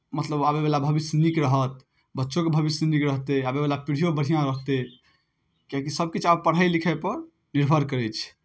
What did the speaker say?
मतलब आबैवला भविष्य नीक रहत बच्चोके भविष्य नीक रहतै आबैवला पीढ़ीओके बढ़िआँ रहतै किएकि सभकिछु आब पढ़ाइ लिखाइपर निर्भर करै छै